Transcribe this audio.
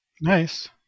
nice